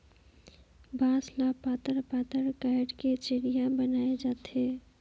बांस ल पातर पातर काएट के चरहिया बनाल जाथे